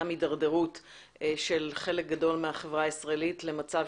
גם הדרדרות של חלק גדול מהחברה הישראלית למצב